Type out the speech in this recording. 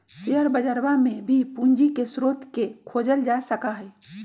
share बजरवा में भी पूंजी के स्रोत के खोजल जा सका हई